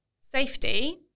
safety